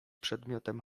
przedmiotem